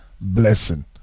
blessing